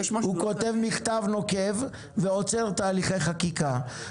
הוא כותב מכתב נוקב ועוצר תהליכי חקיקה.